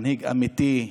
מנהיג אמיתי,